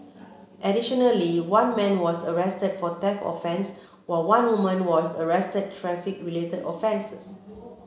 additionally one man was arrested for theft offence while one woman was arrested traffic related offences